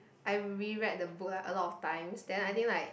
I re-read the book lah a lot of times then I think like